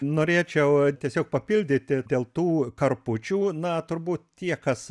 norėčiau tiesiog papildyti dėl tų karpučių na turbūt tie kas